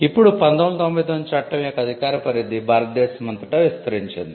ఇప్పుడు 1999 చట్టం యొక్క అధికార పరిధి భారతదేశమంతటా విస్తరించింది